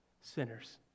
sinners